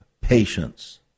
patience